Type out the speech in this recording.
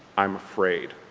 i'm afraid.